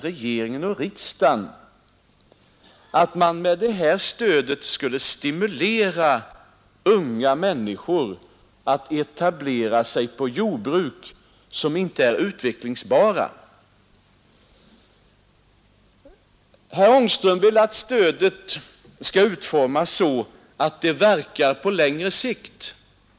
regeringen eller riksdagen att man med det här stödet skulle stimulera unga månniskor att etablera sig på sådana jordbruk som inte är utvecklingsbara Herr Aneström will att stödet skall utformas så att det verkar pa längre sikt.